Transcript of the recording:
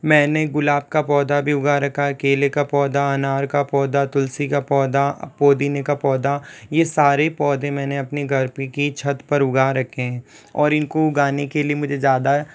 मैंने गुलाब का पौधा भी उगा रखा है केले का पौधा अनार का पौधा तुलसी का पौधा पुदीने का पौधा ये सारे पौधे मैंने अपने घर पे की छत पर उगा रखे हैं और इन को उगाने के लिए मुझे ज़्यादा